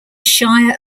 shire